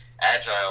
agile